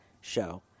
show